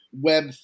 Web